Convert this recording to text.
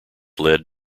led